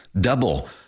Double